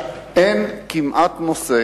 אין כמעט נושא